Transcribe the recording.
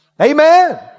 Amen